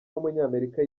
w’umunyamerika